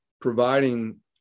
providing